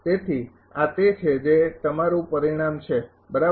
તેથી આ તે છે જે તમારું પરિણામ છે બરાબર